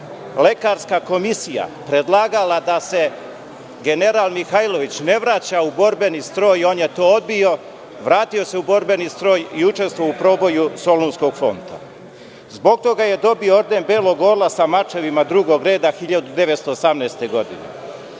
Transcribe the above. lekarska komisija predlagala da se general Mihajlović ne vraća u borbeni stroj, on je to odbio, vratio se u borbeni stroj i učestvovao u proboju Solunskog fronta. Zbog toga je dobio Orden belog orla sa mačevima drugog reda 1918. godine.